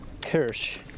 Kirsch